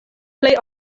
plej